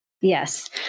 Yes